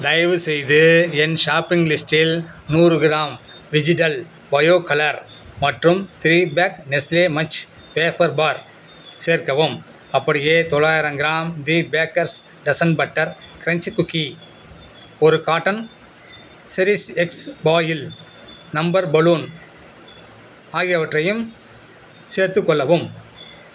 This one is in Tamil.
தயவுசெய்து என் ஷாப்பிங் லிஸ்ட்டில் நூறு கிராம் வெஜிடல் பயோ கலர் மற்றும் three pack Nestle munch wafer bar சேர்க்கவும் அப்படியே தொள்ளாயிரம் gram the bakers decent butter crunchy cookie ஒரு cotton series X foil number balloon ஆகியவற்றையும் சேர்த்துக்கொள்ளவும்